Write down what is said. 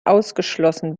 ausgeschlossen